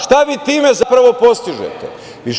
Šta vi time zapravo postižete?